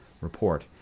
report